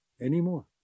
anymore